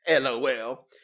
LOL